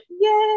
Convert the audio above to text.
yay